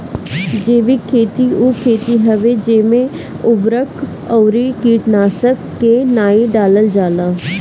जैविक खेती उ खेती हवे जेमे उर्वरक अउरी कीटनाशक के नाइ डालल जाला